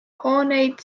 hooneid